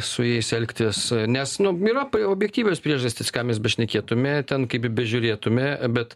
su jais elgtis nes nu yra objektyvios priežastys ką mes bešnekėtume ten kaip bežiūrėtume bet